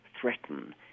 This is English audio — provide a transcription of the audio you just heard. threaten